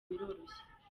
biroroshye